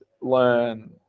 learn